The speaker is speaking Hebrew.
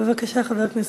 בבקשה, חבר הכנסת.